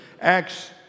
Acts